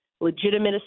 legitimate